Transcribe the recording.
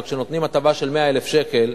אבל כשנותנים הטבה של 100,000 שקל,